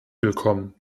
willkommen